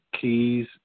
Keys